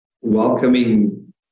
welcoming